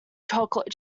chocolate